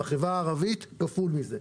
בחברה הערבית המספר כפול מזה,